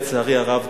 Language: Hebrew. לצערי הרב,